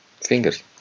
fingers